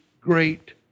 great